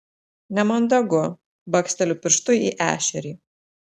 nemandagu baksteliu pirštu į ešerį